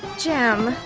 jim.